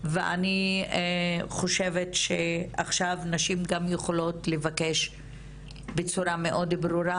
ואני חושבת שעכשיו נשים גם יכולות לבקש בצורה מאוד ברורה